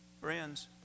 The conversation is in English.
Friends